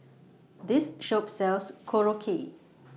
This Shop sells Korokke